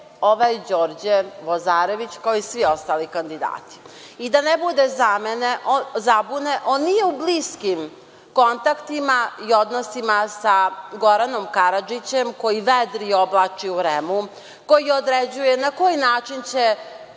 ovaj Đorđe Vozarević, kao i svi ostali kandidati. Da ne bude zabune, on nije u bliskim kontaktima i odnosima sa Goranom Karadžićem, koji vedri i oblači u REM-u, koji određuje na koji način će